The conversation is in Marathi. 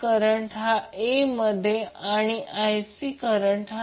current magnitude cos30°36